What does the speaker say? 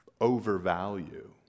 overvalue